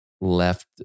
left